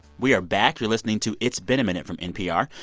we are back. you're listening to it's been a minute from npr,